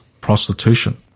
prostitution